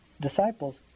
disciples